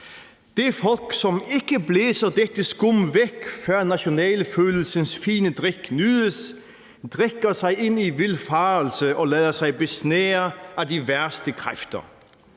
er folk, som ikke blæser dette skum væk, før nationalfølelsen fine drik nydes. De drikker sig ind i vildfarelse og lader sig besnære af de værste kræfter.